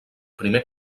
primer